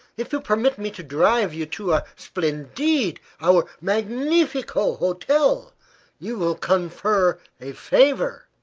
if you permit me to drive you to our splendide our magnifico hotel you will confer a favor.